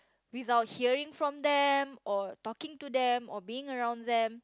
without hearing from them or talking to them or being around them